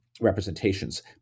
representations